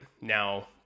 Now